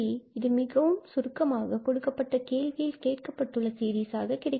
இது மிகவும் சுருக்கமாக கொடுக்கப்பட்ட கேள்வியில் கேட்கப்பட்டுள்ள சீரிஸாக கிடைக்கிறது